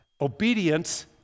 Obedience